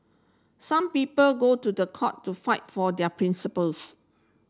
some people go to the court to fight for their principles